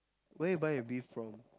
where you buy your beef from